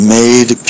made